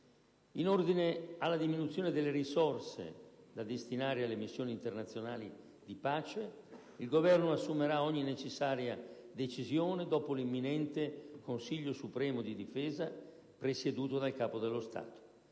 In ordine alla diminuzione delle risorse da destinare alle missioni internazionali di pace, il Governo assumerà ogni necessaria decisione dopo l'imminente Consiglio supremo di difesa, presieduto dal Capo dello Stato.